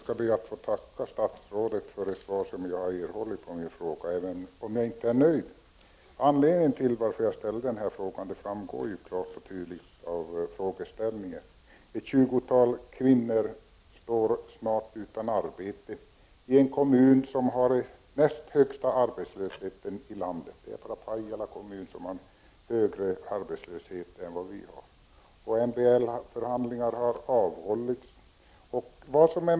Herr talman! Jag skall be att få tacka statsrådet för det svar jag har erhållit på min fråga, även om jag inte är nöjd. Ett tjugotal kvinnor står snart utan arbete i en kommun som har den näst högsta arbetslösheten i landet. Det är enbart Pajala kommun som har högre arbetslöshet än Kiruna. MBL-förhandling har också avhållits.